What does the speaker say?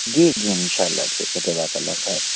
جی جی ان شاء اللہ ٹھیک ہے جزاک اللہ خیر